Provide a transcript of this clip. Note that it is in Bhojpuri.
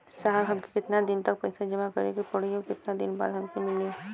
साहब हमके कितना दिन तक पैसा जमा करे के पड़ी और कितना दिन बाद हमके मिली?